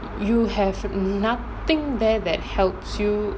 you have nothing there that helps you